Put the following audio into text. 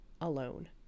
alone